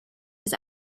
his